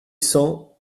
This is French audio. cents